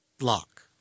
lock